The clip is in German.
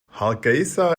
hargeysa